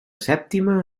sèptima